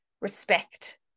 respect